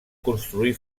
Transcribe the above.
construir